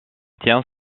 tient